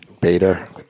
Beta